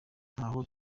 ntaho